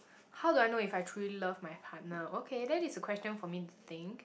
how do I know if I truly love my partner okay that is a question for me to think